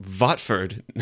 Watford